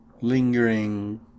lingering